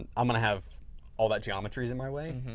i'm going to have all that geometry in my way.